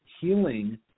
healing